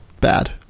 bad